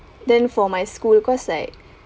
then for my school cause like